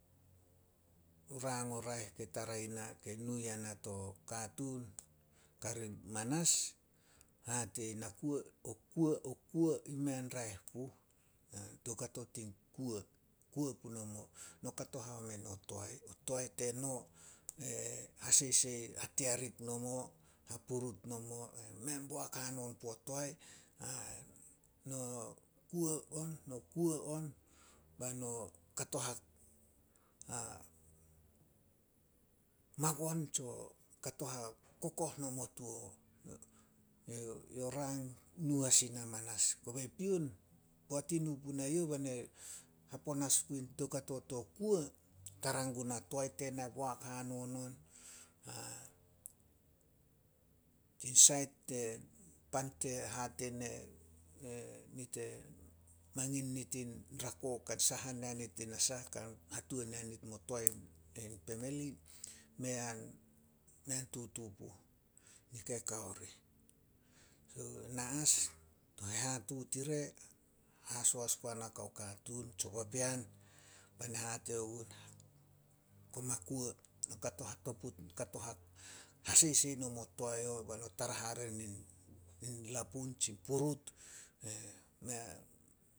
Rang o raeh kei tarai na kei nu yana to katuun manas, hate ih na kuo- o kuo- o kuo mei an raeh puh. Toukato tin kuo, kuo punomo. No kato haome no toae. O toae teno e hasesei hatiarik nomo, hapurut nomo. Mei an boak hanon puo toae. No kuo on- no kuo on, bai no kato ha magon tso kato hakokoh nomo tuo o. Yo rang nu as ina manas. Kobe pion, poat i nu punai youh, bai na haponas gun toukato to kuo, tara guna toae tena boak hanon on. Tin sait nit e mangin nit in rako ka sahan yanit nasah ka hatuan yanit mo toae in pemeli, mei an- mei an tutu puh. Nika kao rih. Na as, o hehatuut ire haso as guana kao katuun tsio papean bai na hate ogun, koma kuo, no kato hatoput hasesei nomo toae o, bai no tara hare nin, in lapun tsin purut mea